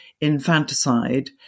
infanticide